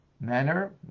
manner